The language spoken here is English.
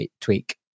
tweak